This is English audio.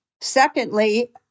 Secondly